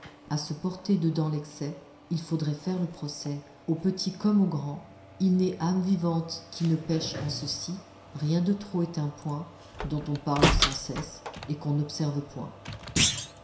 à se porter dedans l'excès il faudrait faire le procès aux petits comme aux grands il n'est âme vivante qui ne pêche en ceci rien de trop est un point dont on parle sans cesse et qu'on n'observe point